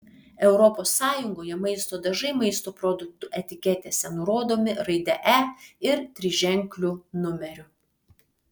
europos sąjungoje maisto dažai maisto produktų etiketėse nurodomi raide e ir triženkliu numeriu